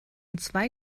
zwei